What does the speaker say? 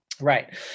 right